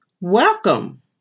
Welcome